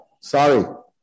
Sorry